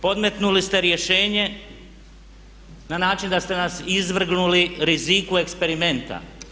Podmetnuli ste rješenje na način da ste nas izvrgnuli riziku eksperimenta.